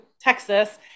Texas